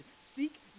seek